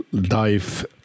dive